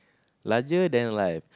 larger than life